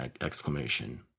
exclamation